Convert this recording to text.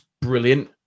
brilliant